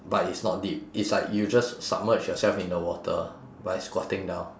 but it's not deep it's like you just submerge yourself in the water by squatting down